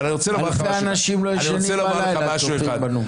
אלפי אנשים לא ישנים בלילה, רק צופים בנו.